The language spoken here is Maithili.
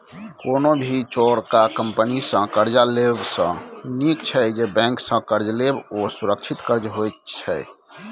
कोनो भी चोरका कंपनी सँ कर्जा लेब सँ नीक छै बैंक सँ कर्ज लेब, ओ सुरक्षित कर्ज होइत छै